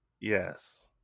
yes